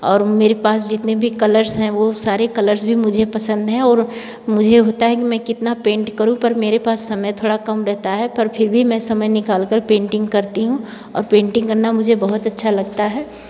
और मेरे पास जितने भी कलर्स हैं वे सारे कलर्स भी मुझे पसंद हैं और मुझे होता है की मैं कितना पेंट करूँ पर मेरे पास समय थोड़ा कम रहता है पर फिर भी मैं समय निकाल कर पेंटिंग जररी हूँ और पेंटिंग करना मुझे बहुत अच्छा लगता है